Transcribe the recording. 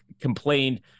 complained